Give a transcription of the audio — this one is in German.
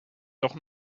doch